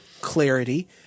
clarity